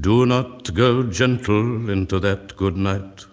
do not go gentle into that good night.